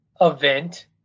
event